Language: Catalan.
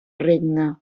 regne